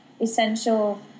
essential